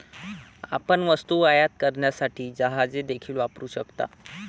आपण वस्तू आयात करण्यासाठी जहाजे देखील वापरू शकता